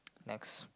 next